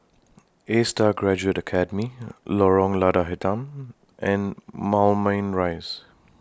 ASTAR Graduate Academy Lorong Lada Hitam and Moulmein Rise